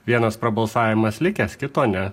vienas prabalsavimas likęs kito ne